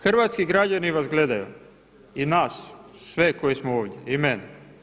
Hrvatski građani vas gledaju i nas sve koji smo ovdje i mene.